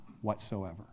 whatsoever